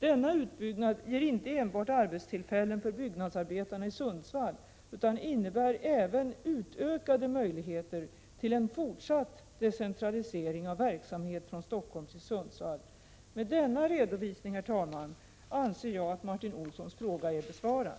Denna utbyggnad ger inte enbart arbetstillfällen för byggnadsarbetarna i Sundsvall utan innebär även utökade möjligheter till en fortsatt decentralisering av verksamhet från Stockholm till Sundsvall. Med denna redovisning, herr talman, anser jag att Martin Olssons fråga är besvarad.